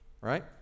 right